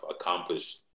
accomplished